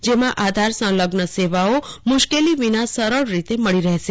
તેમાં આધાર સંલગ્ન સેવાઓ મુશ્કેલી વિના સરળ રીતે મળી રહેશે